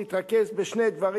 להתרכז בשני דברים: